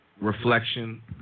reflection